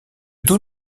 dos